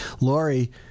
Lori